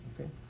okay